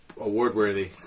award-worthy